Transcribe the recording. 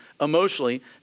emotionally